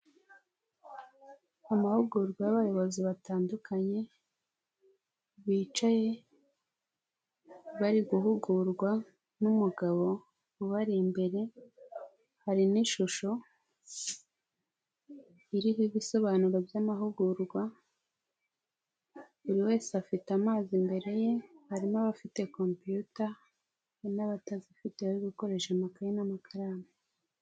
Amahugurwa y'abayobozi batandukanye, bicaye bari guhugurwa n'umugabo ubari imbere, hari n'ishusho iriho ibisobanuro by'amahugurwa, buri wese afite amazi imbere ye, hari nabafite computer, n'abatazifite bari gukoresha amakaye n'amakaramu.